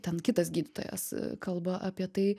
ten kitas gydytojas kalba apie tai